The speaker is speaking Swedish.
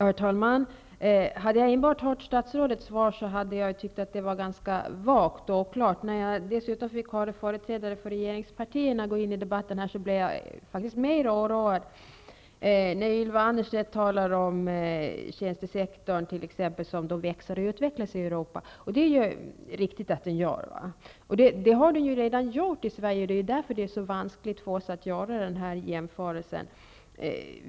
Herr talman! Hade jag enbart hört statsrådets svar hade jag tyckt att det var ganska vagt och oklart. När jag dessutom fick höra företrädare för regeringspartierna gå in i debatten blev jag mer oroad. Ylva Annerstedt talade om att tjänstesektorn växer och utvecklas i Europa, och det är riktigt att den gör. Det har den ju redan gjort i Sverige -- det är därför det är så vanskligt för oss att göra den jämförelsen.